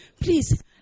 Please